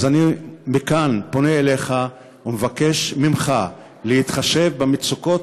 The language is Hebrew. אז אני מכאן פונה אליך ומבקש ממך להתחשב במצוקות